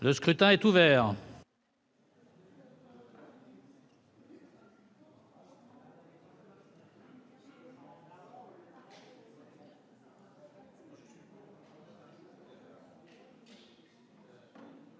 Le scrutin est ouvert.